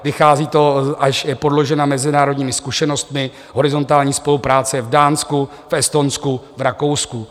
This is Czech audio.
Vychází to, a je podložena mezinárodními zkušenostmi, horizontální spolupráce je v Dánsku, v Estonsku, v Rakousku.